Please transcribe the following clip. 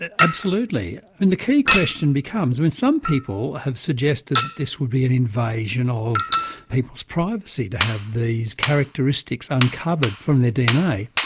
absolutely. and the key question becomes, when some people have suggested that this will be an invasion of people's privacy to have these characteristics uncovered from the dna.